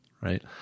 right